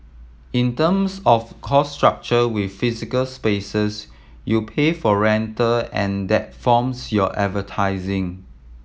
in terms of cost structure with physical spaces you pay for rental and that forms your advertising